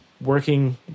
working